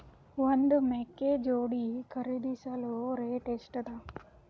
ಒಂದ್ ಮೇಕೆ ಜೋಡಿ ಖರಿದಿಸಲು ರೇಟ್ ಎಷ್ಟ ಅದ?